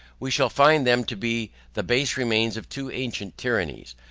we shall find them to be the base remains of two ancient tyrannies,